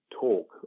talk